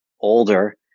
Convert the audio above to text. older